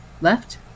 Left